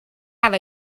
have